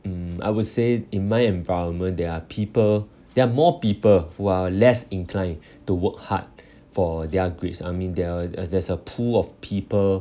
mm I would say in my environment there are people there are more people who are less inclined to work hard for their grades I mean there are there's there's a pool of people